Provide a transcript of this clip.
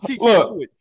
look